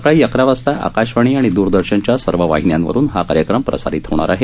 सकाळी अकरा वाजता आकाशवाणी आणि द्रदर्शनच्या सर्व वाहिन्यांवरून हा कार्यक्रम प्रसारित होणार आहे